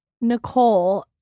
Nicole